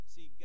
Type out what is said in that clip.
See